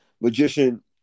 Magician